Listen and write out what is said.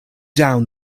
down